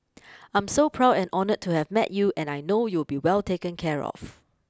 I'm so proud and honoured to have met you and I know you'll be well taken care of